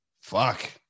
fuck